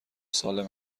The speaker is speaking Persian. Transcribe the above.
سالم